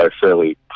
fairly